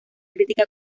crítica